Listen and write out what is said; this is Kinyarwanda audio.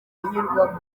kunyurwamo